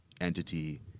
entity